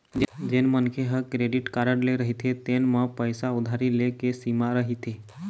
जेन मनखे ह क्रेडिट कारड ले रहिथे तेन म पइसा उधारी ले के सीमा रहिथे